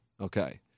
Okay